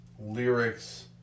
lyrics